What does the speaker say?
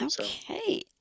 Okay